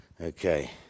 Okay